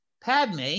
Padme